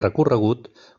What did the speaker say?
recorregut